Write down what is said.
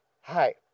Hi